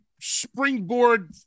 springboard